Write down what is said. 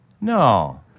No